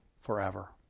Forever